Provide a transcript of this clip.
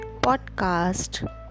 podcast